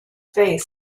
face